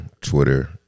Twitter